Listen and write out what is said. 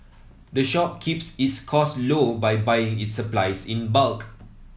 the shop keeps its cost low by buying its supplies in bulk